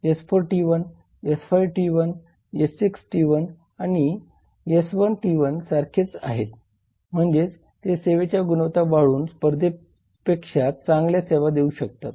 S4 T1 S5 T1 आणि S6 T1 हे S1 T1 सारखेच आहेत म्हणजे ते सेवेची गुणवत्ता वाढवून स्पर्धेपेक्षा चांगल्या सेवा देऊ शकतात